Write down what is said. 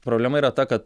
problema yra ta kad